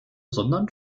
sondern